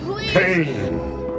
Pain